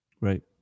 Right